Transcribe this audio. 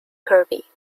kirby